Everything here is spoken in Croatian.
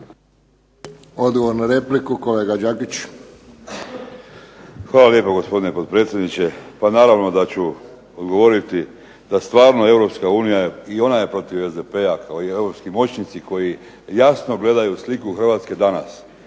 Hvala lijepo gospodine potpredsjedniče. Pa naravno da ću odgovoriti da stvarno Europska unija je, i ona je protiv SDP-a kao i europski moćnici koji jasno gledaju sliku Hrvatske danas,